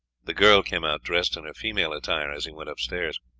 the girl came out dressed in her female attire as he went upstairs.